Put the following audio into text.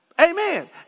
Amen